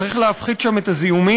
צריך להפחית שם את הזיהומים,